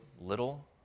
little